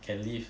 can leave